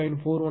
41 ampere